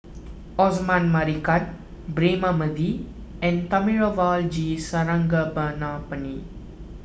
Osman Merican Braema Mathi and Thamizhavel G